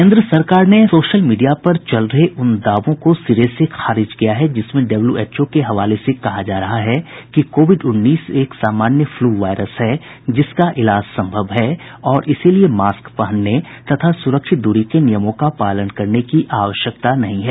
केन्द्र सरकार ने सोशल मीडिया पर चल रहे उन दावों को सिरे से खारिज किया है जिसमें डब्ल्यूएचओ के हवाले से कहा जा रहा है कि कोविड उन्नीस एक सामान्य फ्लू वायरस है जिसका इलाज संभव है और इसीलिए मास्क पहनने तथा सुरक्षित दूरी के नियमों का पालन करने की आवश्यकता नहीं है